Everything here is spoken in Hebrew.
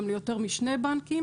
גם ליותר משני בנקים.